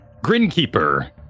Grinkeeper